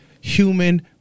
human